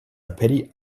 aperi